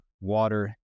water